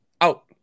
Out